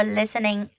listening